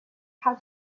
how